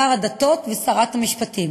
שר הדתות ושרת המשפטים.